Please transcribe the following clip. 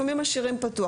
לפעמים משאירים פתוח.